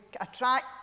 attract